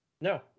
no